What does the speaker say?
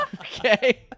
Okay